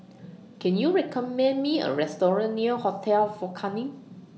Can YOU recommend Me A Restaurant near Hotel Fort Canning